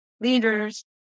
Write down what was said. leaders